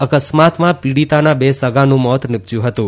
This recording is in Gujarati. અકસ્માતમાં પીડીતાના બે સગાનું મોત નીપજયું હતું